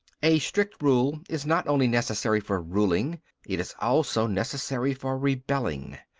a strict rule is not only necessary for ruling it is also necessary for rebelling.